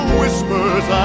whispers